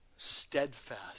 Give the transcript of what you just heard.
steadfast